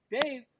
Dave